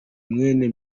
mwene